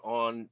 on